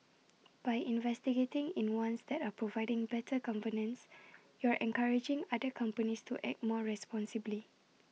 by investor heating in ones that are providing better governance you're encouraging other companies to act more responsibly